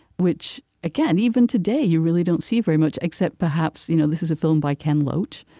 which again, even today, you really don't see very much, except perhaps you know this is a film by ken loach,